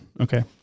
Okay